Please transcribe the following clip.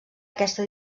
aquesta